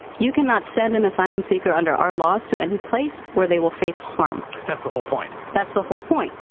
you cannot send an asylum seeker under our laws to any place where they will face harm. that's the whole point. that's the whole point.